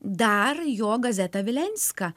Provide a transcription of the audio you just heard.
dar jo gazeta vilenska